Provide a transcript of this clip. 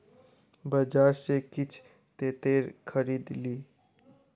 बजार सॅ किछ तेतैर खरीद लिअ